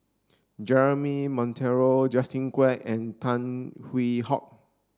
Jeremy Monteiro Justin Quek and Tan Hwee Hock